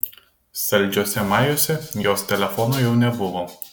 saldžiuose majuose jos telefono jau nebuvo